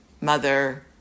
mother